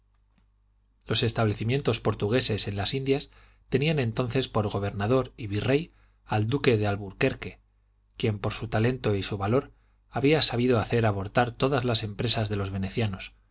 los establecimientos portugueses en las indias tenían entonces por gobernador y virrey al duque de alburquerque quien por su talento y su valor había sabido hacer abortar todas las empresas de los venecianos